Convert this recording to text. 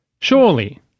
Surely